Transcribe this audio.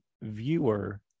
viewer